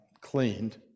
cleaned